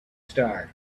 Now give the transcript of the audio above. star